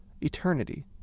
eternity